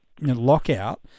lockout